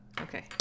okay